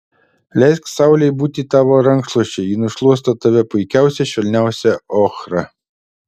leisk saulei būti tavo rankšluosčiu ji nušluosto tave puikiausia švelniausia ochra